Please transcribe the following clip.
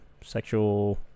sexual